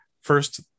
First